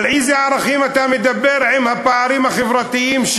על אילו ערכים אתה מדבר עם הפערים החברתיים,